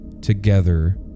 together